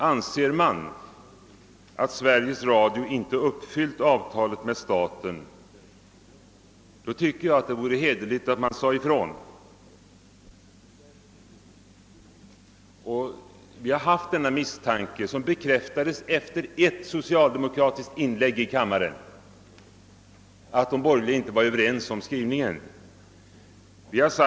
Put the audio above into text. Anser reservanterna att Sveriges Radio inte uppfyllt avtalet med staten, tycker jag att det hade varit hederligt om de hade sagt detta. Vi har haft misstanken, som bekräftats efter ett enda socialdemokratiskt inlägg i kammaren, att de borgerliga reservanterna inte var överens om innebörden.